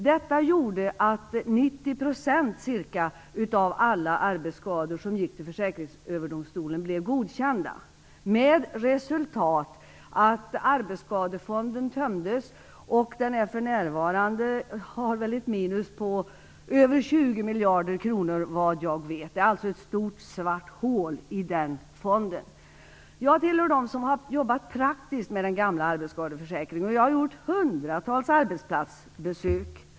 Detta gjorde att ca 90 % av alla arbetsskador som gick till Försäkringsöverdomstolen blev godkända, med resultat att Arbetsskadefonden tömdes. Vad jag vet har den för närvarande ett minus på över 20 miljarder kronor - det är alltså ett stort svart hål i den fonden. Jag tillhör dem som har jobbat praktiskt med den gamla arbetsskadeförsäkringen. Jag har gjort hundratals arbetsplatsbesök.